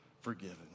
forgiven